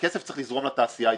כסף צריך לזרום לתעשייה הישראלית.